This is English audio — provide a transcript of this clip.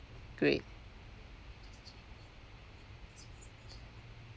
great